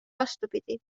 vastupidi